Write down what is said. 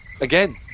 Again